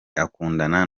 akundana